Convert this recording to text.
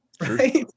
Right